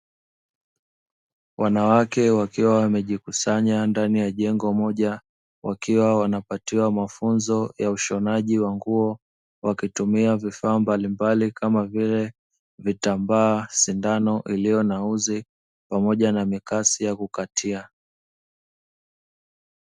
Wanawake wakiwa wamejikusanya ndani ya jengo moja; wakiwa wanapatiwa mafunzo ya ushonaji wa nguo, wakitumia vifaa mbalimbali kama vile:vitambaa, sindano iliyo na uzi pamoja na mikasi yakukatia.